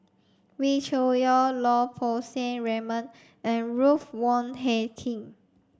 Wee Cho Yaw Lau Poo Seng Raymond and Ruth Wong Hie King